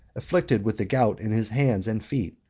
afflicted with the gout in his hands and feet,